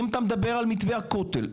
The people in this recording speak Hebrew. אם אתה מדבר על מתווה הכותל,